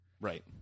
Right